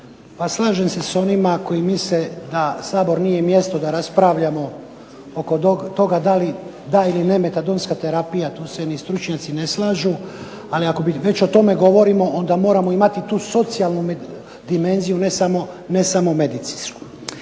Pa slažem se s onima koji misle da Sabor nije mjesto da raspravljamo oko toga da li da ili ne metadonska terapija. Tu se ni stručnjaci ne slažu, ali ako već o tome govorimo onda moramo imati i tu socijalnu dimenziju ne samo medicinsku.